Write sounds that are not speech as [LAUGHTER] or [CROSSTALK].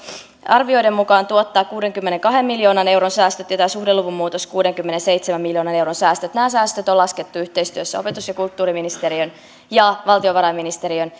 arvioiden mukaan tuottaa kuudenkymmenenkahden miljoonan euron säästöt ja tämä suhdeluvun muutos kuudenkymmenenseitsemän miljoonan euron säästöt nämä säästöt on laskettu yhteistyössä opetus ja kulttuuriministeriön ja valtiovarainministeriön [UNINTELLIGIBLE]